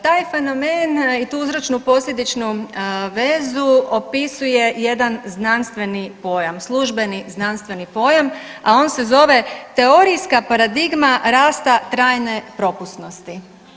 Taj fenomen i tu uzročno posljedičnu vezu opisuje jedan znanstveni pojam, službeni znanstveni pojam, a on se zove teorijska paradigma rasta trajne propusnosti.